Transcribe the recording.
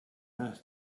earth